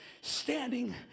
standing